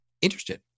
interested